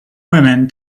women